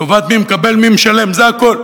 קובעת מי מקבל, מי משלם, זה הכול.